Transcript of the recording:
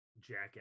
jackass